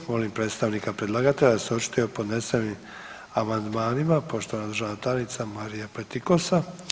Molim predstavnika predlagatelja da se očituje o podnesenim amandmanima, poštovana državna tajnica Marija Pletikosa.